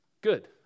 Good